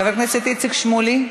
חבר הכנסת איציק שמולי,